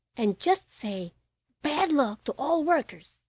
and just say bad luck to all workers!